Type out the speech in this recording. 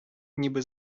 ніби